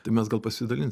tai mes gal pasidalinsim